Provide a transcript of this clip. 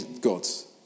God's